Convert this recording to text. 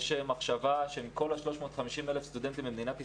יש מחשבה שכל 350,000 הסטודנטים במדינת ישראל,